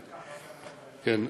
כן, כן.